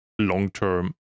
long-term